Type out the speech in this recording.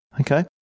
Okay